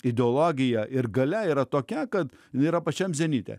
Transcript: ideologija ir galia yra tokia kad jinai yra pačiam zenite